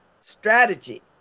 strategy